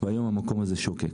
והיום המקום הזה שוקק.